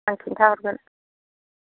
आं खिन्था हरगोन